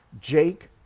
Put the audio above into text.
Jake